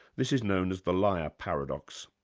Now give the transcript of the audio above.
this is known as the liar paradox.